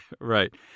Right